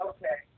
Okay